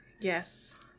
Yes